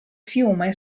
fiume